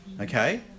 Okay